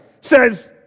says